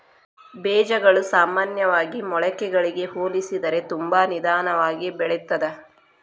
ಬೇಜಗಳು ಸಾಮಾನ್ಯವಾಗಿ ಮೊಳಕೆಗಳಿಗೆ ಹೋಲಿಸಿದರೆ ತುಂಬಾ ನಿಧಾನವಾಗಿ ಬೆಳಿತ್ತದ